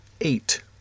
eight